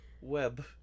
Web